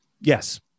Yes